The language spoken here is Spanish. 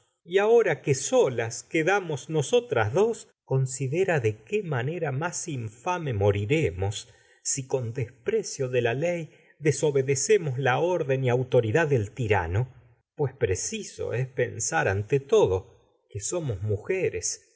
otro ahora que propias manos y solas quedamos nosotras dos considera de qué iqanera más infame mo si con riremos desprecio de la ley desobedecemos es la orden y autoridad que del tirano pues preciso para no peiisar ante todo los somos y mujeres